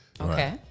Okay